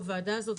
הוועדה הזאת,